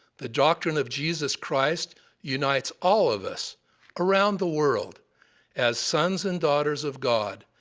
the doctrine of jesus christ unites all of us around the world as sons and daughters of god,